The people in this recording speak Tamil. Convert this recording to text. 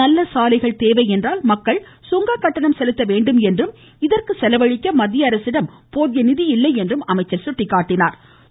நல்ல சாலைகள் தேவை என்றால் மக்கள் சுங்க கட்டணம் செலுத்த வேண்டும் என்றும் இதற்கு செலவழிக்க மத்திய அரசிடம் போதிய நிதி இல்லை என்றும் குறிப்பிட்டா்